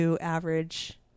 average